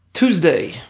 Tuesday